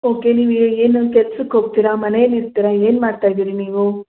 okay ನೀವು ಏನು ಕೆಲ್ಸಕ್ಕೆ ಹೋಗ್ತೀರಾ ಮನೇಲಿ ಇರ್ತೀರಾ ಏನು ಮಾಡ್ತಾ ಇದ್ದೀರಿ ನೀವು